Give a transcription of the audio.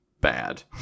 bad